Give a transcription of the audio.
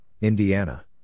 Indiana